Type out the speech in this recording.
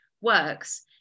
works